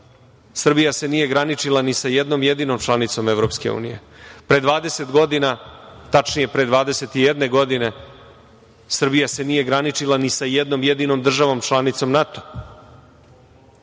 Srbija se nije graničila ni sa jednom jedinom članicom EU. Pre 20 godina, tačnije pre 21 godinu, Srbija se nije graničila ni sa jednom jedinom državom, članicom NATO.